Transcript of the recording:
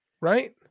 right